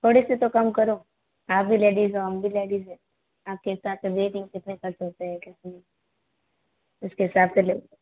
थोड़े से तो कम करो आप भी लेडीज़ हो हम भी लेडीज़ है आप के साथ कितने खर्च उसके हिसाब से लो